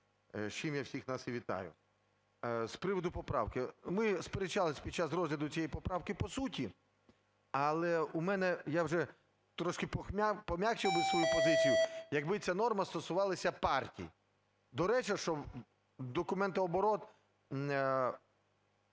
з чим я всіх нас і вітаю. З приводу поправки. Ми сперечалися під час розгляду цієї поправки по суті, але в мене, я вже трошки пом'якшив би свою позицію, якби ця норма стосувалася партій. До речі, щодокументооборот